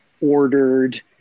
ordered